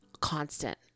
constant